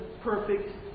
perfect